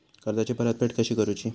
कर्जाची परतफेड कशी करुची?